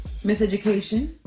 miseducation